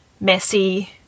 messy